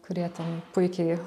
kurie ten puikiai